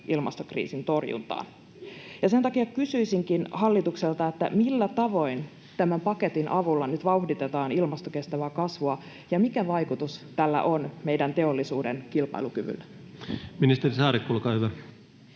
ilmastokriisin torjuntaan. Sen takia kysyisinkin hallitukselta: millä tavoin tämän paketin avulla nyt vauhditetaan ilmastokestävää kasvua, ja mikä vaikutus tällä on meidän teollisuuden kilpailukyvylle? Ministeri Saarikko, olkaa hyvä.